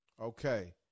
Okay